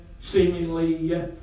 seemingly